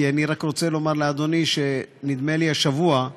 ואני רק רוצה לומר לאדוני שנדמה לי השבוע,